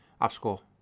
obstacle